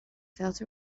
felt